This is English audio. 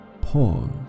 Pause